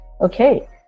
Okay